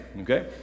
Okay